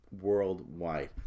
worldwide